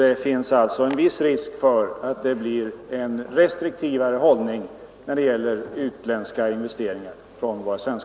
Att döma av vad som sagts här i dag är det risk för att det blir en klart restriktivare prövning av svenska företags investeringar utomlands.